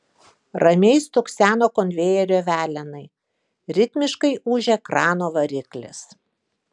ramiai stukseno konvejerio velenai ritmingai ūžė krano variklis